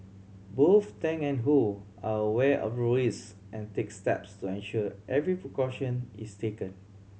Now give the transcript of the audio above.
both Tang and Ho are aware of the risk and take steps to ensure every precaution is taken